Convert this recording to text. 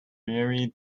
very